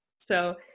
So-